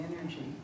energy